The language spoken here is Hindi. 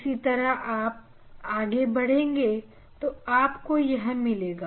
इसी तरह जब आप आगे बढ़ेंगे तो आपको यह मिलेगा